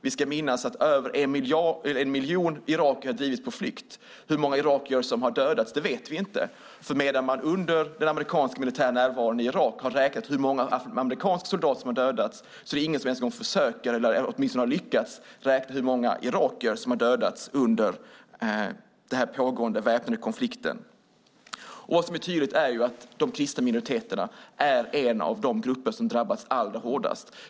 Vi ska minnas att över en miljon irakier har drivits på flykt. Hur många irakier som har dödats vet vi inte, för medan man under den amerikanska militära närvaron i Irak har räknat hur många amerikanska soldater som har dödats är det ingen som ens försöker eller har lyckats räkna hur många irakier som har dödats under den pågående väpnade konflikten. Vad som är tydligt är att de kristna minoriteterna hör till de grupper som har drabbats allra hårdast.